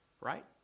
right